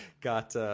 got –